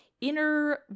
inner